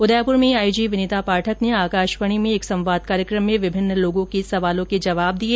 उदयपुर में आईजी विनिता पाठक ने आकाशवाणी में एक संवाद कार्यक्रम में विभिन्न लोगों के सवालों के जवाब दिए